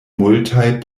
multaj